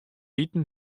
iten